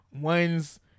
one's